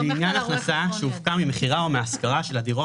לעניין הכניסה שהופקה ממכירה או מהשכרה של הדירות